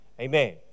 Amen